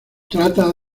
trata